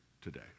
today